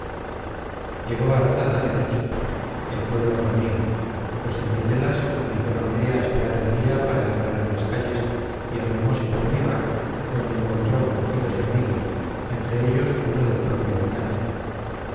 llegó a artaza de noche el pueblo dormía los centinelas obligáronle a esperar el día para entrar en las calles y arrimose a un vivac donde encontró conocidos y amigos entre ellos uno del propio oñate